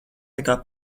nekā